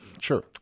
Sure